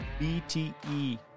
BTE